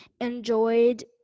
enjoyed